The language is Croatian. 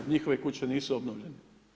Njihove kuće nisu obnovljene.